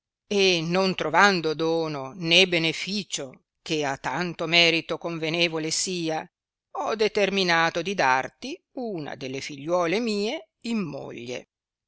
e non trovando dono né benefìcio che a tanto merito convenevole sia ho determinato di darti una delle figliuole mie in moglie